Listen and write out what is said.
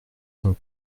son